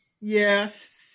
Yes